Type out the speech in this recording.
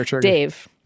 Dave